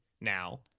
Now